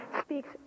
speaks